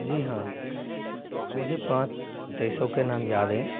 जी हाँ मुझे पाँच देशों के नाम याद हैं